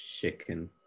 chicken